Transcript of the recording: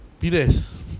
Pires